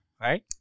right